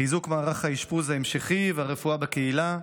חיזוק מערך האשפוז ההמשכי והרפואה בקהילה,